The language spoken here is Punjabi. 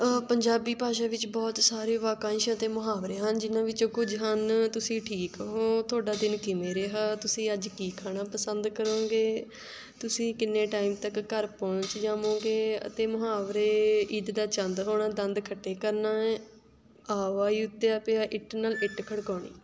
ਪੰਜਾਬੀ ਭਾਸ਼ਾ ਵਿੱਚ ਬਹੁਤ ਸਾਰੇ ਵਾਕੰਸ਼ ਅਤੇ ਮੁਹਾਵਰੇ ਹਨ ਜਿਨ੍ਹਾਂ ਵਿੱਚੋਂ ਕੁਝ ਹਨ ਤੁਸੀਂ ਠੀਕ ਹੋ ਤੁਹਾਡਾ ਦਿਨ ਕਿਵੇਂ ਰਿਹਾ ਤੁਸੀਂ ਅੱਜ ਕੀ ਖਾਣਾ ਪਸੰਦ ਕਰੋਂਗੇ ਤੁਸੀਂ ਕਿੰਨੇ ਟਾਈਮ ਤੱਕ ਘਰ ਪਹੁੰਚ ਜਾਉਂਗੇ ਅਤੇ ਮੁਹਾਵਰੇ ਈਦ ਦਾ ਚੰਦ ਹੋਣਾ ਦੰਦ ਖੱਟੇ ਕਰਨਾ ਆਵਾ ਹੀ ਊਤਿਆ ਪਿਆ ਇੱਟ ਨਾਲ ਇੱਟ ਖੜਕਾਉਣੀ